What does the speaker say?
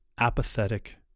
apathetic